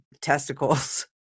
testicles